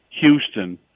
Houston